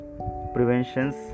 preventions